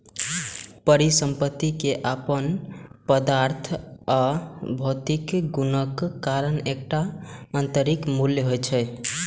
परिसंपत्ति के अपन पदार्थ आ भौतिक गुणक कारण एकटा आंतरिक मूल्य होइ छै